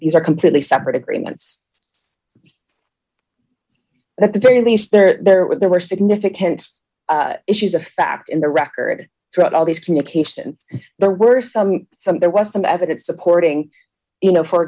these are completely separate agreements but at the very least there were there were significant issues of fact in the record throughout all these communications there were some some there was some evidence supporting you know for